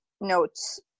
notes